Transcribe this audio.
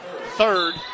third